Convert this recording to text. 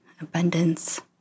abundance